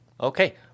Okay